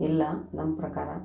ಇಲ್ಲ ನಮ್ಮ ಪ್ರಕಾರ